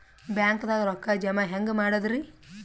ಬ್ಯಾಂಕ್ದಾಗ ರೊಕ್ಕ ಜಮ ಹೆಂಗ್ ಮಾಡದ್ರಿ?